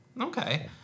Okay